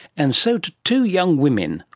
and so to two young women,